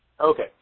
Okay